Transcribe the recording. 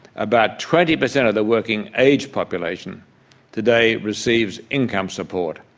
about twenty percent of the working aged population today receives income support,